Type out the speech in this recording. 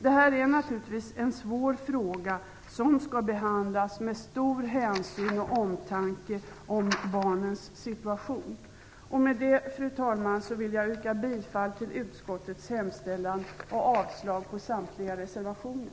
Denna fråga är naturligtvis svår, och den skall behandlas med stor hänsyn och med omtanke om barnens situation. Fru talman! Med det vill jag yrka bifall till utskottets hemställan och avslag på samtliga reservationer.